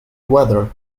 weather